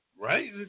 Right